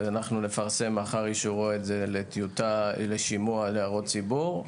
נפרסם מחר אישורו את זה לשימוע להערות ציבור.